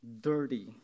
dirty